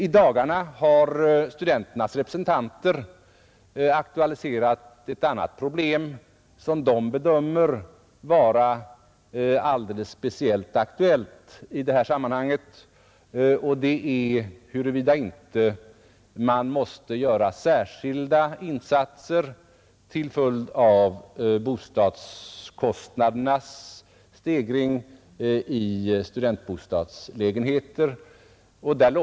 I dagarna har studenternas representanter aktualiserat ett annat problem som de bedömer vara särskilt aktuellt i detta sammanhang, nämligen huruvida särskilda insatser måste göras till följd av kostnadsstegringen för studentbostadslägenheter.